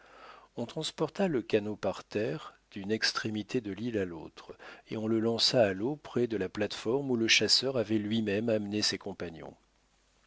on transporta le canot par terre d'une extrémité de l'île à l'autre et on le lança à l'eau près de la plate-forme où le chasseur avait lui-même amené ses compagnons